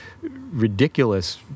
ridiculous